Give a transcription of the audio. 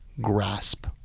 grasp